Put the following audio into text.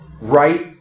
right